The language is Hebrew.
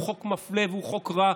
הוא חוק מפלה והוא חוק רע,